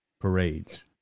parades